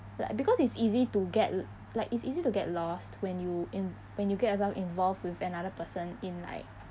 like because it's easy to get like it's easy to get lost when you in~ when you get yourself involved with another person in like